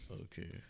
Okay